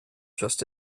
just